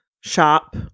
shop